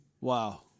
Wow